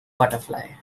butterfly